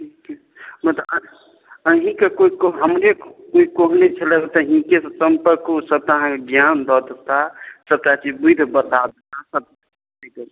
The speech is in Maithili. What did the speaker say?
मतलब अहीँके कोइ कह हमरे कोइ कहने छलै तैं हिनके से सम्पर्क करू सब टा अहाँके ज्ञान दऽ देताह सबटा चीज बुद्धि बता देताह सब